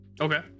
Okay